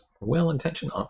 well-intentioned